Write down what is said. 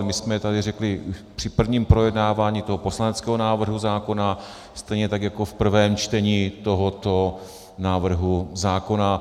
My jsme je tady řekli už při prvním projednávání toho poslaneckého návrhu zákona, stejně tak jako v prvém čtení tohoto návrhu zákona.